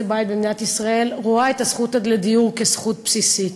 בית במדינת ישראל רואה את הזכות לדיור כזכות בסיסית.